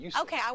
Okay